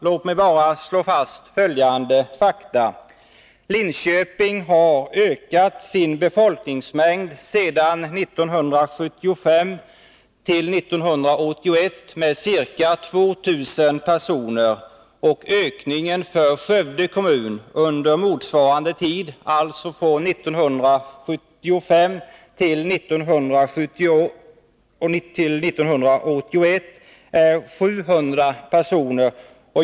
Låt mig bara slå fast följande fakta. Linköping har ökat sin folkmängd mellan 1975 och 1981 med ca 2 000 personer. Ökningen för Skövde kommun under motsvarande tid, alltså från 1975 till 1981, är 700 personer.